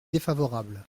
défavorable